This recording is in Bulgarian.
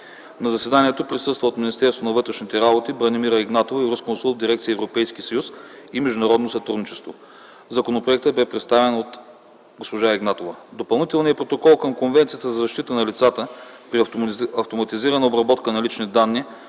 На заседанието присъства от Министерството на вътрешните работи Бранимира Игнатова - юрисконсулт в дирекция „Европейски съюз и международно сътрудничество”. Законопроектът бе представен от госпожа Игнатова. Допълнителният протокол към Конвенцията за защита на лицата при автоматизирана обработка на лични данни,